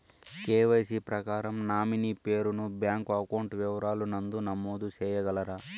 KYC ప్రకారం nominee పేరు ను బ్యాంకు అకౌంట్ వివరాల నందు నమోదు సేయగలరా?